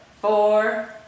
four